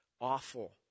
awful